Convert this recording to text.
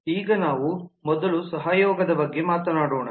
ಈಗ ನಾವು ಮೊದಲು ಸಹಯೋಗದ ಬಗ್ಗೆ ಮಾತನಾಡೋಣ